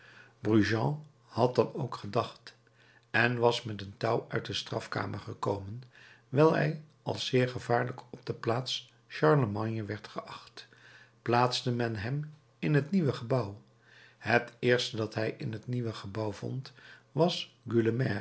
had dan ook gedacht en was met een touw uit de strafkamer gekomen wijl hij als zeer gevaarlijk op de plaats charlemagne werd geacht plaatste men hem in het nieuwe gebouw het eerste dat hij in het nieuwe gebouw vond was